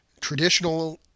traditional